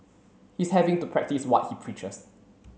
he's having to practice what he preaches